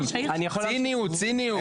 ציניות.